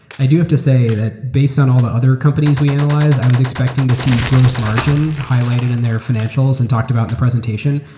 i do have to say, that based on the other companies we analyzed, i was expecting to see gross margin highlighted in their financials and talked about in the presentation,